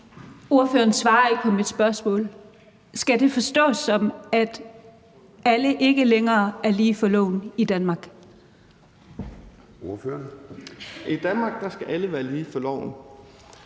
ordføreren svarer ikke på mit spørgsmål: Skal det forstås sådan, at alle ikke længere er lige for loven i Danmark? Kl. 13:57 Formanden